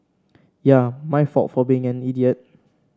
yeah my fault for being an idiot